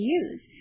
use